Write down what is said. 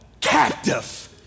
Captive